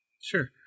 Sure